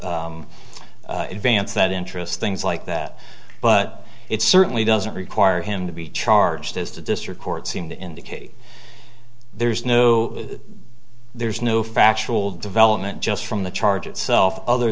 advance that interest things like that but it certainly doesn't require him to be charged as to district court seemed to indicate there's no there's no factual development just from the charge itself other